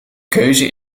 keuze